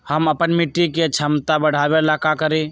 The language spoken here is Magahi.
हम अपना मिट्टी के झमता बढ़ाबे ला का करी?